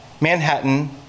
Manhattan